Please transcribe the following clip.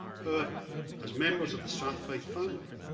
however as members of the strathclyde family,